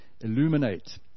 illuminate